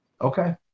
Okay